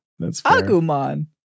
Agumon